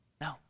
No